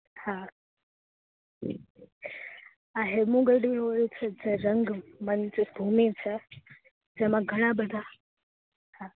હા આ હેમુગલ ડિયું હોય છે જે રંગમંચ ભૂમિ છે જેમાં ઘણાબધા આ